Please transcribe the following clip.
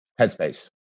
headspace